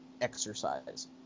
exercise